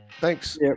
Thanks